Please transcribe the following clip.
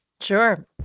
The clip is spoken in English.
Sure